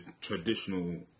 traditional